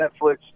Netflix